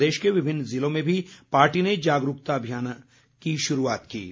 प्रदेश के विमिन्न ज़िलों में भी पार्टी ने जागरूकता अभियान शुरू किया है